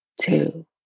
two